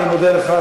אני מודה לך.